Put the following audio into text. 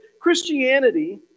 Christianity